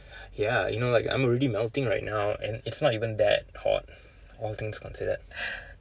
ya you know like I'm already melting right now and it's not even that hot all things considered